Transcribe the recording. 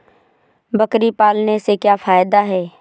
बकरी पालने से क्या फायदा है?